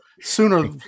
Sooner